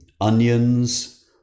onions